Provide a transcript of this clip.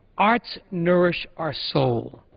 arts nourish our soul.